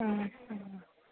ହଁ ହଁ